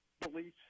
police